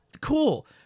cool